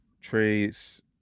trades